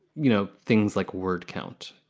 you know, things like word count.